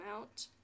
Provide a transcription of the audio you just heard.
out